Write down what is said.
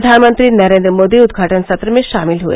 प्रधानमंत्री नरेन्द्र मोदी उदघाटन सत्र में शामिल हुए